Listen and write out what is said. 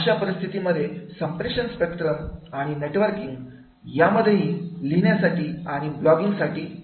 अशा परिस्थितीमध्ये संप्रेषण स्पेक्ट्रम आणि नेटवर्किंग मध्ये लिहिण्यासाठी आणि ब्लॉगिंगसाठी वापरले जाईल